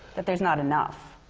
that there's not enough.